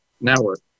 network